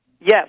Yes